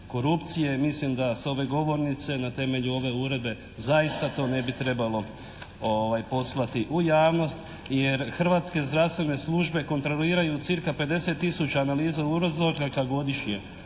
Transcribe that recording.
korupcije. Mislim da s ove govornice na temelju ove uredbe zaista to ne bi trebalo poslati u javnost, jer hrvatske zdravstvene službe kontroliraju cca 50 tisuća uzoraka godišnje